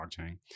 blockchain